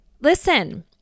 Listen